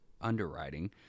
Underwriting